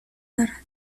دارد